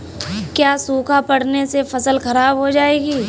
क्या सूखा पड़ने से फसल खराब हो जाएगी?